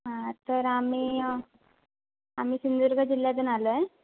हां तर आम्ही आम्ही सिंधुदुर्ग जिल्ह्यातून आलो आहे